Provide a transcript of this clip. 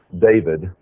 David